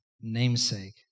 namesake